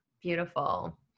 beautiful